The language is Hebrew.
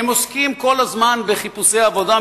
הם עוסקים כל הזמן בחיפושי עבודה,